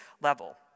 level